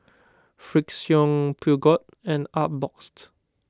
Frixion Peugeot and Artbox